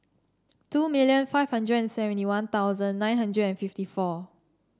two million five hundred and seventy One Thousand nine hundred and fifty four